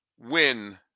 win